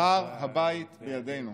"הר הבית בידינו".